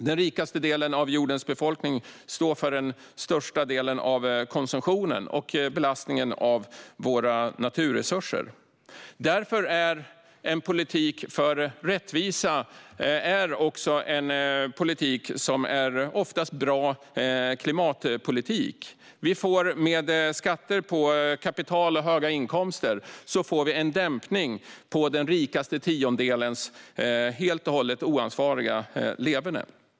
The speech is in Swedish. Den rikaste delen av jordens befolkning står för den största delen av konsumtionen och belastningen av våra naturresurser. Därför är en politik för rättvisa också en politik som oftast är en bra klimatpolitik. Vi får med skatter på kapital och höga inkomster en dämpning på den rikaste tiondelens helt och hållet oansvariga leverne.